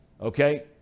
Okay